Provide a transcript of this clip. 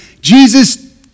Jesus